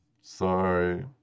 Sorry